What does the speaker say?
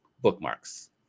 Bookmarks